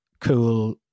cool